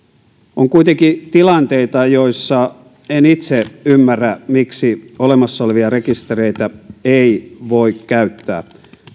on kuitenkin tilanteita joissa en itse ymmärrä miksi olemassa olevia rekistereitä ei voi käyttää